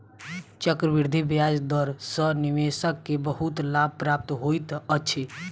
चक्रवृद्धि ब्याज दर सॅ निवेशक के बहुत लाभ प्राप्त होइत अछि